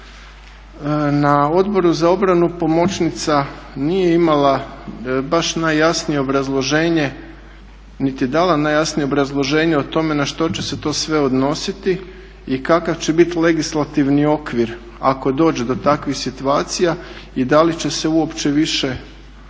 na Odboru za obranu pomoćnica nije imala baš najjasnije obrazloženje niti je dala najjasnije obrazloženje o tome na što će se to sve odnositi i kakav će biti legislativni okvir, ako dođe do takvih situacija i da li će se uopće više u